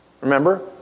Remember